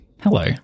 Hello